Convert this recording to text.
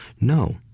no